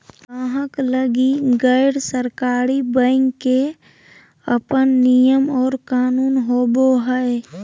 गाहक लगी गैर सरकारी बैंक के अपन नियम और कानून होवो हय